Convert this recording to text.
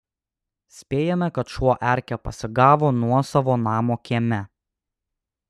spėjame kad šuo erkę pasigavo nuosavo namo kieme